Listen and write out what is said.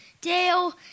Dale